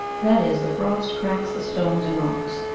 that is, the frost cracks the stones and rocks.